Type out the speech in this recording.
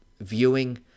Viewing